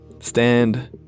Stand